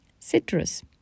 Citrus